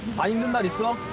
buy and medicine